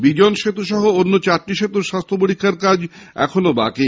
বিজন সেতু সহ অন্য চারটি সেতুর স্বাস্থ্য পরীক্ষার কাজ এখনও বাকি